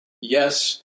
Yes